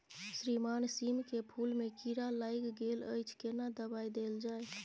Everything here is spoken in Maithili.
श्रीमान सीम के फूल में कीरा लाईग गेल अछि केना दवाई देल जाय?